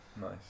nice